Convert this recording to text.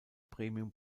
premium